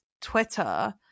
Twitter